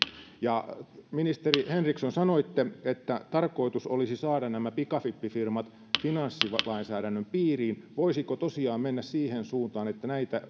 ministeri henriksson sanoitte että tarkoitus olisi saada pikavippifirmat finanssilainsäädännön piiriin voitaisiinko tosiaan mennä siihen suuntaan että